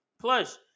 plus